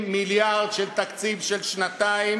תודה רבה באמת,